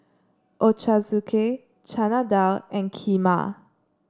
Ochazuke Chana Dal and Kheema